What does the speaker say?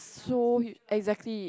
so exactly